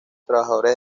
trabajadores